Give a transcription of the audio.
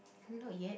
not yet